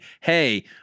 hey